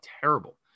terrible